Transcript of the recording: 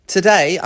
Today